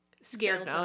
scared